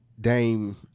Dame